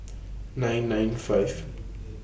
nine nine five